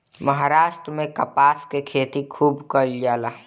महाराष्ट्र में कपास के खेती खूब कईल जाला